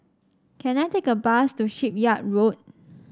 can I take a bus to Shipyard Road